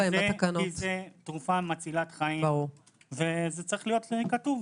זו תרופה מצילת חיים, וזה צריך להיות כתוב.